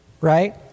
right